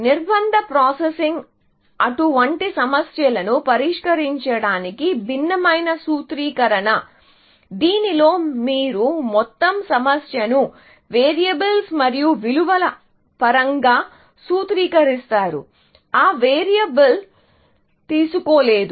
నిర్బంధ ప్రాసెసింగ్ అటువంటి సమస్యలను పరిష్కరించడానికి భిన్నమైన సూత్రీకరణ దీనిలో మీరు మొత్తం సమస్యను వేరియబుల్స్ మరియు విలువల పరంగా సూత్రీకరిస్తారు ఆ వేరియబుల్ తీసుకోగలదు